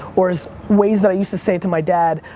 or as, way is that i used to say it to my dad,